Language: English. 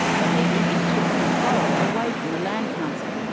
believing it took control away from the land council.